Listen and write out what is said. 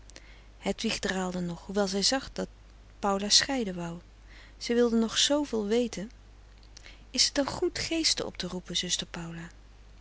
hedwig draalde nog hoewel zij zag dat paula scheiden wou zij wilde nog zveel weten is het dan goed geesten op te roepen